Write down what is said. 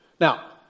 Now